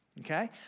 Okay